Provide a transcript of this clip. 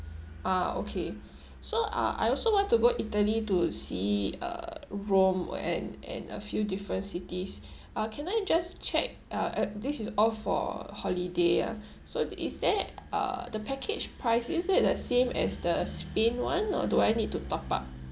ah okay so uh I also want to go italy to see uh rome and and a few different cities uh can I just check uh err this is all for holiday ah so is there uh the package price is it the same as the spain one or do I need to top up